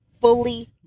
fully